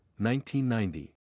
1990